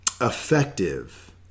effective